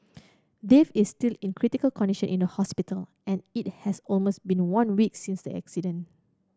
Dave is still in critical condition in the hospital and it has almost been one week since the accident